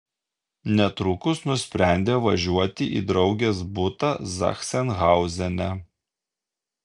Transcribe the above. netrukus nusprendė važiuoti į draugės butą zachsenhauzene